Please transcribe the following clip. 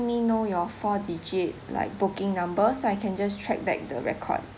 me know your four digit like booking number so I can just track back the record